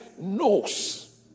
knows